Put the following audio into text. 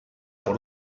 por